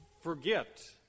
forget